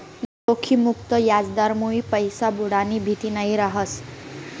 जोखिम मुक्त याजदरमुये पैसा बुडानी भीती नयी रहास